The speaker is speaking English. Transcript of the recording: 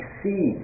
see